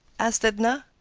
asked edna.